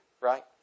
right